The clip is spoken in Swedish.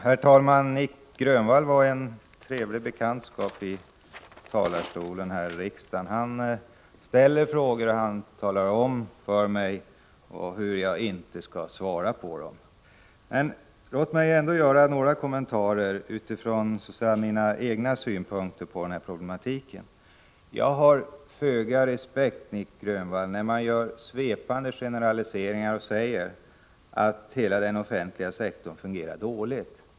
Herr talman! Nic Grönvall var en trevlig bekantskap att göra i talarstolen här i riksdagen. Han ställer först frågor och talar sedan om för mig hur jag inte skall svara på dem. Låt mig ändå göra några kommentarer utifrån mina egna synpunkter på de frågor Nic Grönvall ställde. Jag har föga respekt, Nic Grönvall, för den som gör svepande generaliseringar och säger att hela den offentliga sektorn fungerar dåligt.